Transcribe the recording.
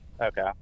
Okay